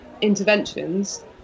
interventions